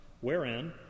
wherein